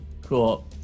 Cool